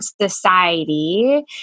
society